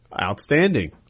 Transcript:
Outstanding